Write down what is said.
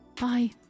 Bye